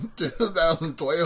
2012